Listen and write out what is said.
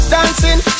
Dancing